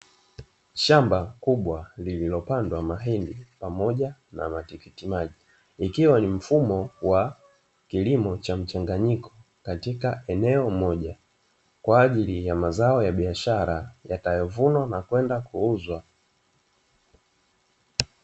Shamba kubwa lililopandwa mahindi pamoja na matikitimaji, ikiwa ni mfumo wa kilimo cha mchanganyiko katika eneo moja kwa ajili ya mazao ya biashara yatayovunwa na kwenda kuuzwa.